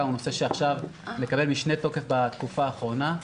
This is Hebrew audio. הוא נושא שמקבל משנה תוקף בתקופה האחרונה.